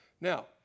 Now